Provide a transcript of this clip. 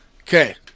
Okay